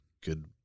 good